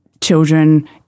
children